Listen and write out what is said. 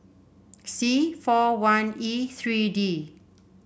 C four one E three D